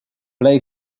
play